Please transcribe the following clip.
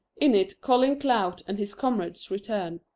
in it colin clout and his comrades return.